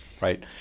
right